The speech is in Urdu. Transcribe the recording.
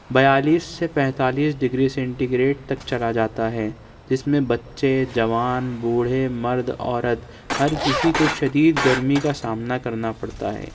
بیالیس سے پینتالیس ڈگری سینٹیگریٹ تک چلا جاتا ہے جس میں بچے جوان بوڑھے مرد عورت ہر کسی کو شدید گرمی کا سامنا کرنا پڑتا ہے